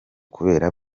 kubera